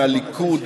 מהליכוד,